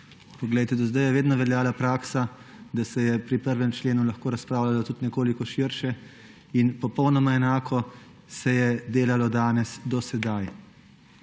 Poglejte, do zdaj je vedno veljala praksa, da se je pri 1. členu lahko razpravljalo tudi nekoliko širše in popolnoma enako se je delalo danes. Do sedaj.